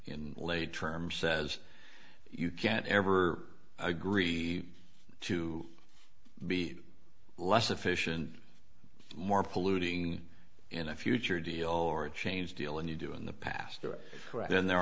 in lay terms says you can't ever agree to be less efficient more polluting in a future deal or a change deal and you do in the past or then there